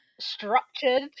structured